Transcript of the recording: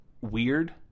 weird